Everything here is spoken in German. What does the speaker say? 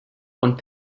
und